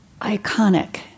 iconic